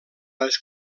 les